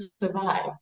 survive